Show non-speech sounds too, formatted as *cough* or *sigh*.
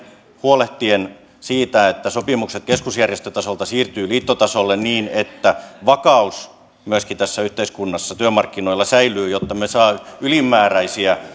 huolehtien siitä että sopimukset keskusjärjestötasolta siirtyvät liittotasolle niin että vakaus myöskin tässä yhteiskunnassa työmarkkinoilla säilyy jotta emme saa ylimääräisiä *unintelligible*